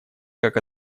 как